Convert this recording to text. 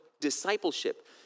discipleship